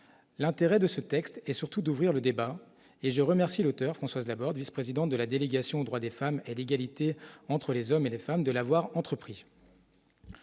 l'intérêt de ce texte et surtout d'ouvrir le débat et je remercie l'auteur Françoise Laborde, vice-présidente de la délégation droits des femmes et l'égalité entre les hommes et les femmes de l'avoir entrepris